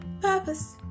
purpose